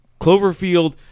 Cloverfield